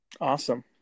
Awesome